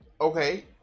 Okay